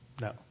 No